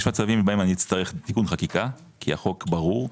יש מצבים שבהם אני אצטרך תיקון חקיקה כי החוק ברור.